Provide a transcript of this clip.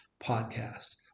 podcast